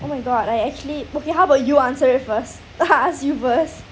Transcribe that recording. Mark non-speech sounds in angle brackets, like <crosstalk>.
oh my god I actually okay how about you answer it first <laughs> I ask you first